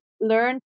Learn